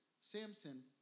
Samson